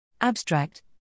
Abstract